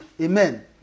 Amen